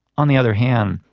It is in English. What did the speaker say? on the other hand,